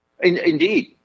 Indeed